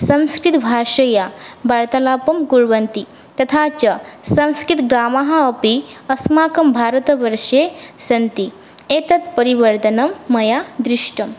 संस्कृतभाषया वार्तालापं कुर्वन्ति तथा च संस्कृतग्रामाः अपि अस्माकं भारतवर्षे सन्ति एतत् परिवर्तनं मया दृष्टम्